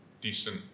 decent